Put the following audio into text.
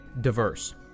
diverse